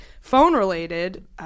phone-related